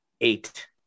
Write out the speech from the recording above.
eight